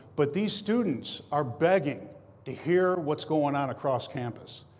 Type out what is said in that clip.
but these students are begging to hear what's going on across campus.